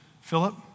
Philip